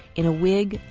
in a wig,